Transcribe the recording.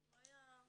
כן.